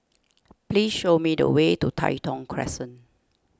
please show me the way to Tai Thong Crescent